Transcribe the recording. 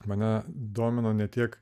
mane domino ne tiek